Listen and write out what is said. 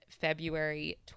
February